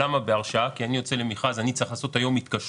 הם בהרשאה כי אני יוצא למכרז ואני צריך לעשות היום התקשרות